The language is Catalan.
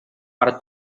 per